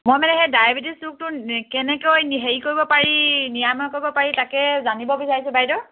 মই মানে সেই ডায়েবেটিছ ৰোগটো কেনেকৈ হেৰি কৰিব পাৰি নিৰাময় কৰিব পাৰি তাকে জানিব বিচাৰিছোঁ বাইদেউ